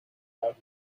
out